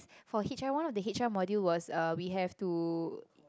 for H_R one one of the H_R module was uh we have to